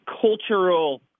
cultural